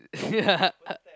yeah